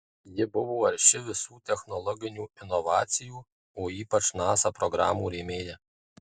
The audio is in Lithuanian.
ji buvo arši visų technologinių inovacijų o ypač nasa programų rėmėja